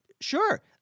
sure